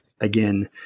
again